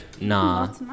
Nah